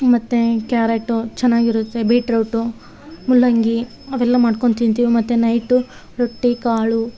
ಮತ್ತು ಕ್ಯಾರೆಟು ಚೆನ್ನಾಗಿರುತ್ತೆ ಬಿಟ್ರೋಟು ಮೂಲಂಗಿ ಅವೆಲ್ಲಾ ಮಾಡ್ಕೊಂಡು ತಿಂತೀವಿ ಮತ್ತು ನೈಟು ರೊಟ್ಟಿ ಕಾಳು